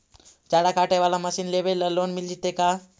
चारा काटे बाला मशीन लेबे ल लोन मिल जितै का?